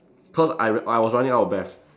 cause I w~ I was running out of breath